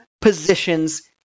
positions